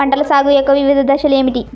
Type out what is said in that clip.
పంటల సాగు యొక్క వివిధ దశలు ఏమిటి?